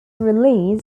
release